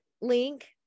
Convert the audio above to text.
link